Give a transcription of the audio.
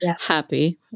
happy